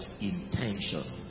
intention